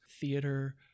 theater